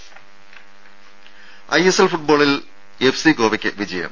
രുര ഐഎസ്എൽ ഫുട്ബോളിൽ എഫ്സി ഗോവക്ക് വിജയം